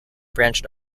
branched